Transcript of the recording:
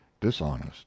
dishonest